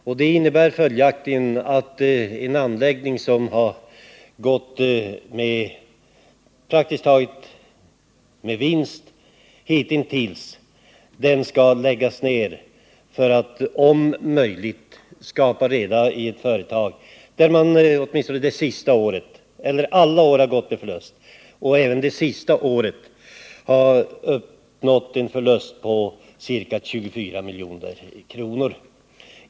En sådan åtgärd innebär att en anläggning, som praktiskt har gått med vinst hitintills, skall läggas ner för att om möjligt skapa reda i ett företag som under alla år gått med förlust, så även under det senaste året, då förlusten vid boardfabriken i Skinnskatteberg uppgår till ca 24 miljoner.